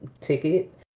ticket